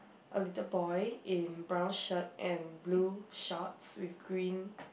a little boy in brown shirt and blue shorts with green